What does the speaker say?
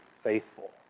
faithful